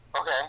Okay